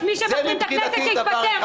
היושב-ראש, מי שמחרים את הכנסת, שיתפטר.